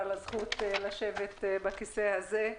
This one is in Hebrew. על הרשות לשבת על הכיסא הזה.